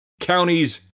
Counties